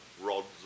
Rods